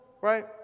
right